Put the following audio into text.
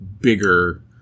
bigger